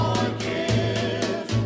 Forgive